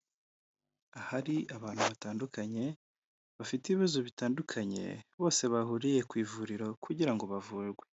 Ahari abantu batandukanye bafite ibibazo bitandukanye, bose bahuriye ku ivuriro kugira ngo bavurwe.